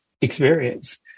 experience